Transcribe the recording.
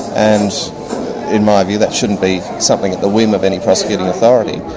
and in my view that shouldn't be something at the whim of any prosecuting authority,